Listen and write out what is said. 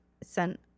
sent